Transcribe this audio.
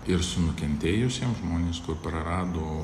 ir su nukentėjusiem žmonės kur prarado